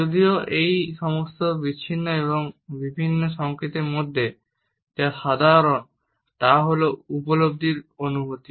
যদিও এই সমস্ত বিচ্ছিন্ন এবং বিভিন্ন সংকেতের মধ্যে যা সাধারণ তা হল উপলব্ধির অনুভূতি